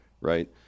right